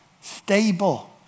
stable